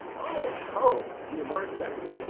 o, ho! do you mark that?